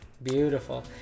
Beautiful